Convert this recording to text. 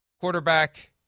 Quarterback